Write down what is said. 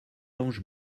ange